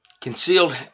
concealed